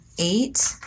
eight